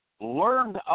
learned